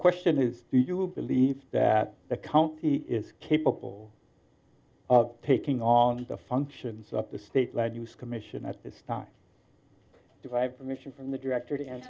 question is do you believe that the county is capable of taking on the functions of the state led us commission at this time to have a mission from the directorate and